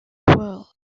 well